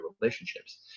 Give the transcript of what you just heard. relationships